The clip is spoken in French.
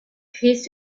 crises